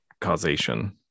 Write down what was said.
causation